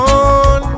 on